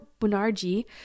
Bunarji